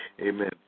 Amen